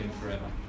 forever